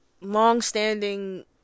long-standing